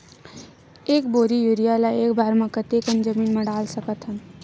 एक बोरी यूरिया ल एक बार म कते कन जमीन म डाल सकत हन?